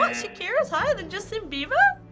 but shakira's higher than justin bieber?